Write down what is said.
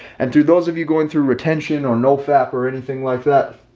and through those of you going through retention or no fap or anything like that.